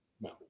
No